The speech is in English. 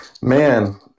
Man